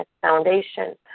Foundation